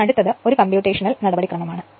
ഇനി അടുത്തത് ഒരു കമ്പ്യൂട്ടേഷണൽ നടപടിക്രമമാണ്